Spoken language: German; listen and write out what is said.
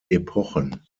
epochen